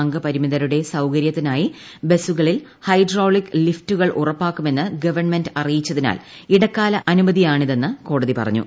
അംഗപരിമിതരുടെ സൌകര്യത്തിനായി ബസുകളിൽ ഹൈഡ്രോളിക് ലിഫ്റ്റുകൾ ഉറപ്പാക്കുമെന്ന് ഗവൺമെന്റ് അറിയിച്ചതിനാൽ ഇടക്കാല അനുമതിയാണിതെന്ന് കോടതി പറഞ്ഞു